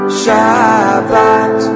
Shabbat